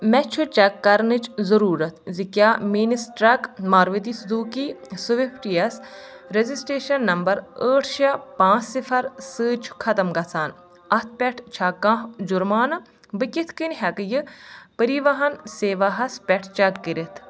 مےٚ چھُ چیک کَرنٕچ ضروٗرت زِ کیٛاہ میٛٲنس ٹرٛک مارؤتی سُزوٗکی سوٗوِفٹ یَس رجسٹریشن نمبر ٲٹھ شےٚ پانٛژ صِفر سۭتۍ چھُ ختٕم گژھان اَتھ پؠٹھ چھا کانٛہہ جُرمانہٕ بہٕ کِتھٕ کٔنۍ ہؠکہٕ یہ پریواہَن سیواہس پؠٹھ چیک کٔرتھ